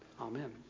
Amen